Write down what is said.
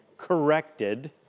corrected